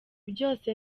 byose